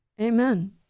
Amen